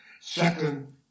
second